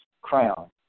crown